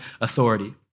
authority